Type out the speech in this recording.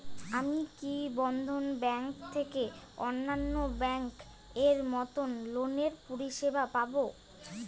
আমি কি বন্ধন ব্যাংক থেকে অন্যান্য ব্যাংক এর মতন লোনের পরিসেবা পাব?